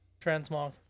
transmog